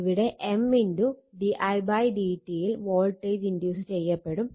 ഇവിടെ M didt ൽ voltage induce ചെയ്യപ്പെടും